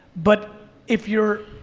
but if you're,